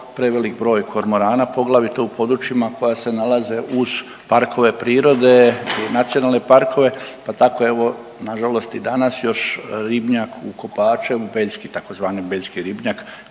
prevelik broj kormorana poglavito u područjima koja se nalaze uz parkove prirode i nacionalne parkove pa tako evo nažalost i danas još ribnjak u Kopačevu beljski tzv. beljski ribnjak